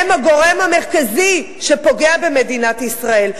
הם הגורם המרכזי שפוגע במדינת ישראל.